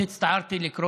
הצטערתי מאוד לקרוא